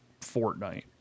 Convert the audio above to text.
Fortnite